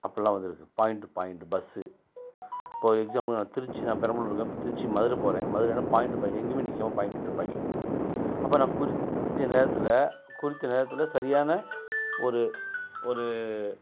அப்புடிலாம் வந்து இருக்குது பாயிண்ட் டு பாயிண்ட் பஸ்ஸு இப்போ ஒரு எக்ஸாம்பிள் நான் திருச்சி நான் பெரம்பலூரில் இருக்கேன் திருச்சி மதுரை போகிறேன் மதுரைன்னா பாயிண்ட் டு பாயிண்ட் எங்கியுமே நிக்காமல் பாயிண்ட் டு பாயிண்ட் போகும் அப்போ நான் குறித்த நேரத்தில் குறித்த நேரத்தில் சரியான ஒரு ஒரு